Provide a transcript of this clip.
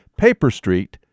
PaperStreet